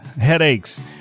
headaches